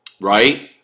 Right